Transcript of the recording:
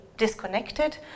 Disconnected